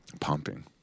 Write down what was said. pumping